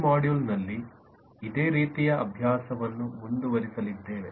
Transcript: ಈ ಮಾಡ್ಯೂಲ್ ನಲ್ಲಿ ಇದೇ ರೀತಿಯ ಅಭ್ಯಾಸವನ್ನು ಮುಂದುವರಿಸಲಿದ್ದೇವೆ